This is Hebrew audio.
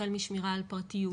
החל משמירה על הפרטיות,